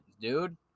dude